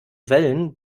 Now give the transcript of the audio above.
wellen